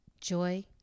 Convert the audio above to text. joy